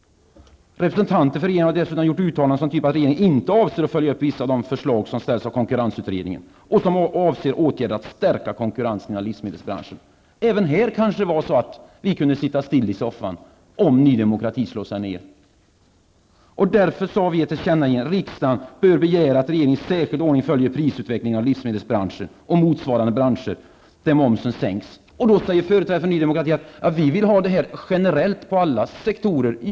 Representanter för regeringen har dessutom gjort uttalanden som tyder på att regeringen inte avser att följa upp vissa av de förslag som ställts av konkurrensutredningen och som avser åtgärder för att stärka konkurrensen inom livsmedelsbranschen. Även här kanske det var så att vi kunde sitta kvar i soffan om Ny Demokrati slog sig ned. Därför sade vi i ett tillkännagivande: Riksdagen bör begära att regeringen i särskild ordning följer prisutvecklingen inom livsmedelsbranschen och motsvarande branscher där momsen sänks. Då sade företrädare för Ny Demokrati att Ny Demokrati ville åstadkomma detta generellt på alla sektorer.